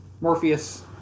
Morpheus